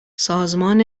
سازمان